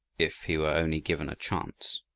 if he were only given a chance.